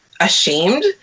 ashamed